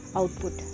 output